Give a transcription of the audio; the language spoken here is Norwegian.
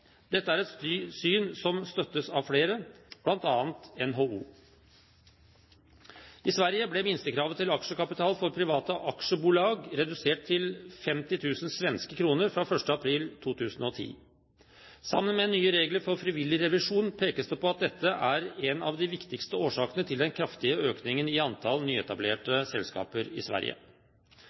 Dette er et syn som støttes av flere, bl.a. av NHO. I Sverige ble minstekravet til aksjekapital for private aktiebolag redusert til 50 000 svenske kroner fra 1. april 2010. Sammen med nye regler for frivillig revisjon pekes det på at dette er en av de viktigste årsakene til den kraftige økningen i antall nyetablerte selskaper i Sverige.